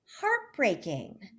heartbreaking